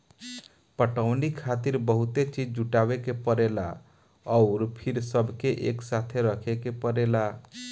पटवनी खातिर बहुते चीज़ जुटावे के परेला अउर फिर सबके एकसाथे रखे के पड़ेला